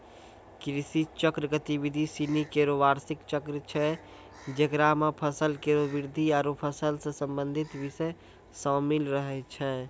कृषि चक्र गतिविधि सिनी केरो बार्षिक चक्र छै जेकरा म फसल केरो वृद्धि आरु फसल सें संबंधित बिषय शामिल रहै छै